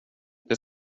det